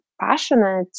passionate